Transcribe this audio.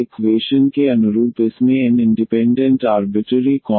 तो यहाँ यह जनरल सोल्यूशन की परिभाषा है सोल्यूशन जिसमें एन इंडिपेंडेंट अर्बिटोरी कोंस्टंट है